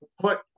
put